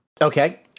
Okay